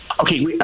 Okay